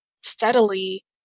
steadily